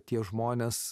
tie žmonės